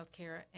Healthcare